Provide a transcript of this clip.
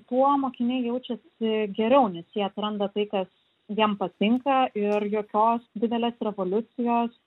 tuo mokiniai jaučiasi geriau nes jie atranda tai kas jiem patinka ir jokios didelės revoliucijos